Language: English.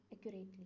accurately